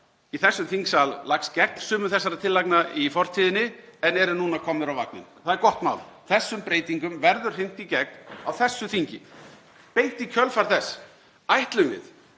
í þessum þingsal lagst gegn sumum þessara tillagna í fortíðinni en eru núna komnir á vagninn. Það er gott mál. Þessum breytingum verður hrint í gegn á þessu þingi. Beint í kjölfar þess ætlum við